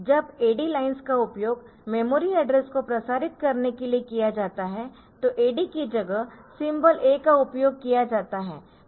जब AD lines का उपयोग मेमोरी एड्रेस को प्रसारित करने के लिए किया जाता है तो AD की जगह सिंबल A का उपयोग किया जाता है